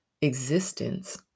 existence